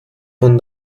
von